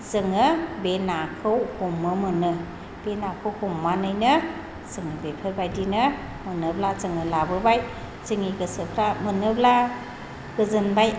जोङो बे नाखौ हमनो मोनो बे नाखौ हमनानैनो जों बेफोरबायदिनो मोनोब्ला जोङो लाबोबाय जोंनि गोसोफोरा मोनोब्ला गोजोनबाय